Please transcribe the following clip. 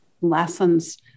lessons